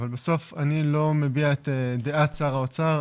אבל בסוף אני לא מביע את דעת שר האוצר,